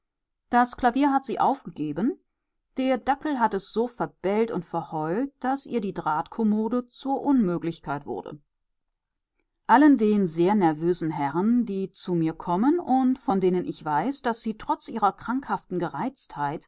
das klavier hat sie aufgegeben der dackel hat es so verbellt und verheult daß ihr die drahtkommode zur unmöglichkeit wurde allen den sehr nervösen herren die zu mir kommen und von denen ich weiß daß sie trotz ihrer krankhaften gereiztheit